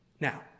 Now